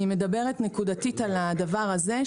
אני מדברת נקודתית על הדבר הזה.